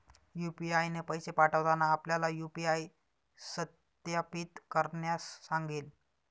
UPI ने पैसे पाठवताना आपल्याला यू.पी.आय सत्यापित करण्यास सांगेल